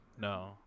No